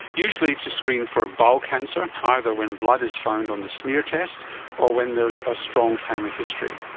usually to screen for bowel cancer, either when blood is found on the smear test or when there is a strong family history.